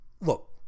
look